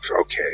okay